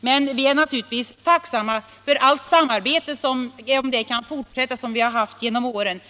Men vi är naturligtvis tacksamma om det samarbete kan fortsätta som vi har haft genom åren.